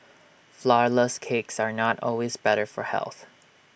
Flourless Cakes are not always better for health